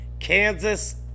Kansas